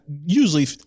usually